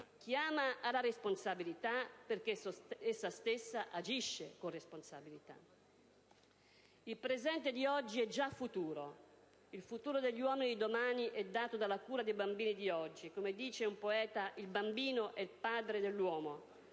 Chiama alla responsabilità perché essa stessa agisce con responsabilità. Il presente di oggi è già futuro. Il futuro degli uomini di domani è dato dalla cura dei bambini di oggi. Come dice un poeta: «Il bambino è il padre dell'uomo».